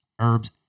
herbs